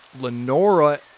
Lenora